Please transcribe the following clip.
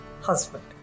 Husband